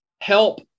help